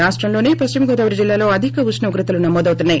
రాష్టంలోనే పశ్చిమగోదావరి జిల్లాలో అధిక ఉష్ణోగ్రతలు నమోదవుతున్నాయి